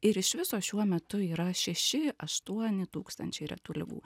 ir iš viso šiuo metu yra šeši aštuoni tūkstančiai retų ligų